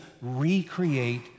recreate